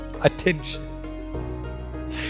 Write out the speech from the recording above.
attention